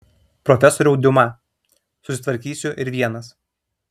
profesoriau diuma susitvarkysiu ir vienas